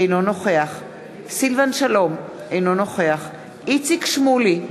אינו נוכח סילבן שלום, אינו נוכח איציק שמולי,